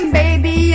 baby